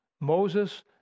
Moses